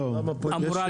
אמורה להיות.